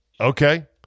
Okay